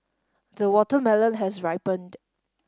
the watermelon has ripened